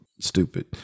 stupid